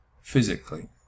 physically